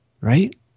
right